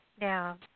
now